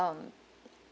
um